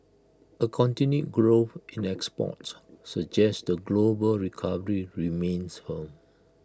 A continued growth in exports suggest the global recovery remains firm